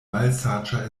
malsaĝa